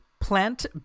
plant